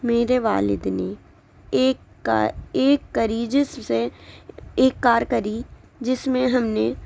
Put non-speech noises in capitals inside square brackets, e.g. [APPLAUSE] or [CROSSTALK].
میرے والد نے ایک کار ایک [UNINTELLIGIBLE] سے ایک کار کری جس میں ہم نے